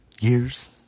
years